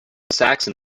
saxon